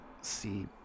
see